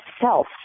self